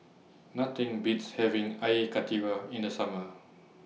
Nothing Beats having Air Karthira in The Summer